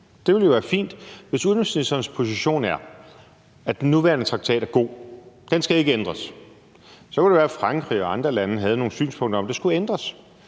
Det vil jo være fint, hvis udenrigsministerens position er, at den nuværende traktat er god, og at den ikke skal ændres, men det kunne så også være, at Frankrig og andre lande havde nogle synspunkter om, at det skulle ændres.